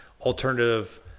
alternative